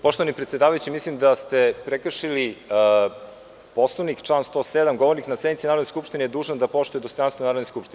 Poštovani predsedavajući, mislim da ste prekršili Poslovnik, član 107. – govornik na sednici Narodne skupštine je dužan da poštuje dostojanstvo Narodne skupštine.